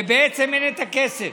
ובעצם אין את הכסף.